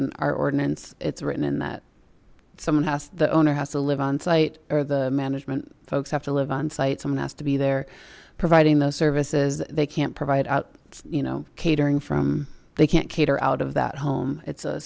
in our ordinance it's written in that someone has the owner has to live on site or the management folks have to live on site someone has to be there providing those services they can't provide out you know catering from they can't cater out of that home it's